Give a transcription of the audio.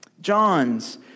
John's